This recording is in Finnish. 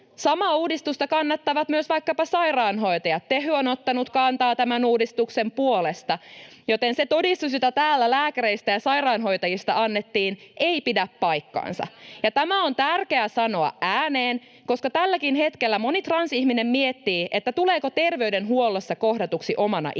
Samaa uudistusta kannattavat myös vaikkapa sairaanhoitajat: Tehy on ottanut kantaa tämän uudistuksen puolesta, joten se todistus, jota täällä annettiin lääkäreistä ja sairaanhoitajista, ei pidä paikkaansa — ja tämä on tärkeää sanoa ääneen, koska tälläkin hetkellä moni transihminen miettii, tuleeko terveydenhuollossa kohdatuksi omana itsenään.